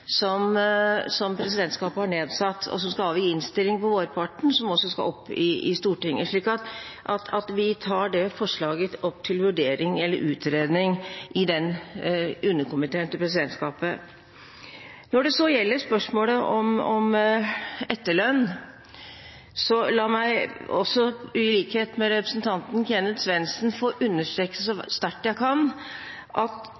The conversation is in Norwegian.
som nå gjøres i den reglementskomiteen som presidentskapet har nedsatt. De skal avgi innstilling på vårparten, som så skal opp i Stortinget. Vi tar altså dette forslaget opp til utredning i den underkomiteen til presidentskapet. Når det så gjelder spørsmålet om etterlønn, så la meg i likhet med representanten Kenneth Svendsen understreke så sterkt jeg kan at